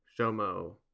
shomo